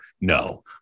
No